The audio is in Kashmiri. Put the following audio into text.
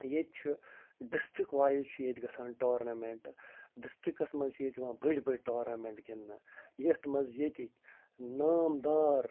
ییٚتہِ چھِ ڈِسٹِرٛک وایز چھِ ییٚتہِ گَژھان ٹورنامیٚنٛٹہٕ ڈِسٹِرٛکس منٛز چھِ ییٚتہِ یِوان بٔڑۍ بٔڑۍ ٹورنامیٚنٛٹ گِنٛدنہٕ یَتھ منٛز ییٚتِکۍ نام دار